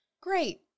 Great